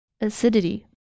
Acidity